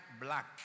black